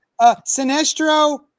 Sinestro